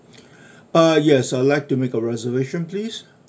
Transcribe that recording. ah yes I'll like to make a reservation please